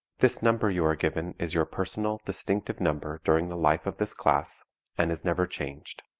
this number you are given is your personal, distinctive number during the life of this class and is never changed.